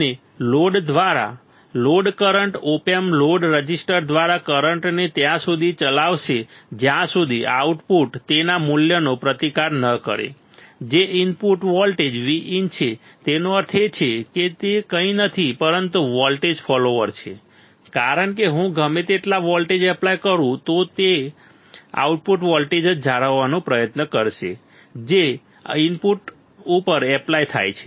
અને લોડ દ્વારા load current op amp load resistor દ્વારા કરંટને ત્યાં સુધી ચલાવશે જ્યાં સુધી આઉટપુટ તેના મૂલ્યનો પ્રતિકાર ન કરે જે ઇનપુટ વોલ્ટેજ Vin છે તેનો અર્થ એ છે કે તે કંઈ નથી પરંતુ વોલ્ટેજ ફોલોઅર છે કારણ કે હું ગમે તેટલા વોલ્ટેજ એપ્લાય કરું તે આઉટપુટ વોલ્ટેજ જ જાળવવાનો પ્રયત્ન કરશે જે ઇનપુટ ઉપર એપ્લાય થાય છે